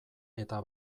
eta